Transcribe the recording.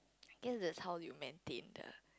I guess that's how you maintain the